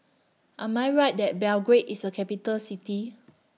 Am I Right that Belgrade IS A Capital City